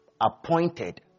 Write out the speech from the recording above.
appointed